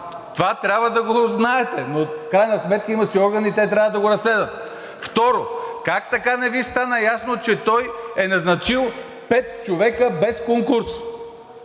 Това трябва да го знаете. В крайна сметка има си органи и те трябва да го разследват. Второ, как така не Ви стана ясно, че той е назначил пет човека без конкурс?!